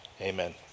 Amen